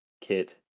kit